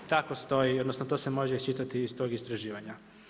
I tako stoji, odnosno to se može iščitati iz tog istraživanja.